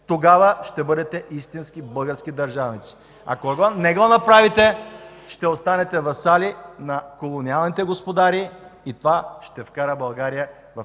Тогава ще бъдете истински български държавници. Ако не го направите, ще останете васали на колониалните господари и това ще вкара България в